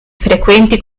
frequenti